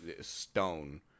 stone